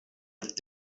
with